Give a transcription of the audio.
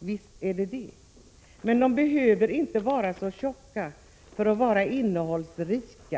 Visst är det så, men betänkanden behöver inte vara så tjocka för att vara innehållsrika.